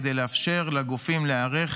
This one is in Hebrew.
כדי לאפשר לגופים להיערך